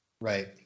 Right